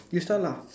you start lah